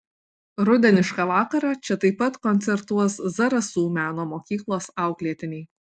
rudenišką vakarą čia taip pat koncertuos zarasų meno mokyklos auklėtiniai